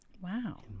Wow